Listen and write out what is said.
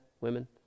women